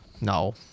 no